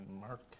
mark